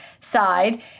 side